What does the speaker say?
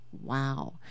Wow